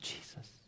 Jesus